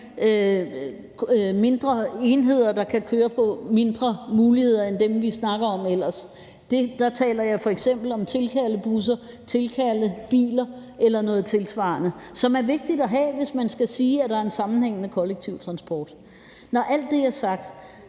mindre enheder, der kan køre på mindre muligheder end dem, vi snakker om ellers. Der taler jeg f.eks. om tilkaldebusser, tilkaldebiler eller noget tilsvarende, som det er vigtigt at have, hvis man skal sige, at der er en sammenhængende kollektiv transport. Når alt det er sagt,